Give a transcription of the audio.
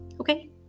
okay